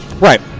Right